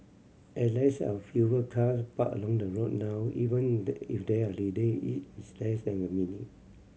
as there are fewer cars parked along the road now even if there are lady it its less than a minute